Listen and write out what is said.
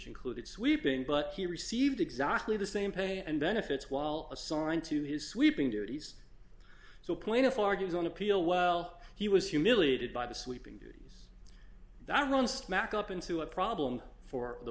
included sweeping but he received exactly the same pay and benefits while assigned to his sweeping duties so plaintiff argues on appeal while he was humiliated by the sweeping duty that runs smack up into a problem for the